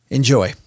Enjoy